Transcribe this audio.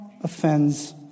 offends